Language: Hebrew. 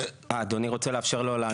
אדוני רוצה לאפשר לו לענות?